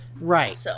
Right